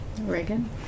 Reagan